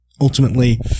ultimately